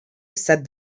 said